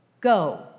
Go